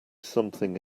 something